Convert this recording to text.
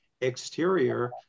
exterior